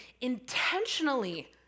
intentionally